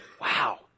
wow